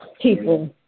people